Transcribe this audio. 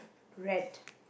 read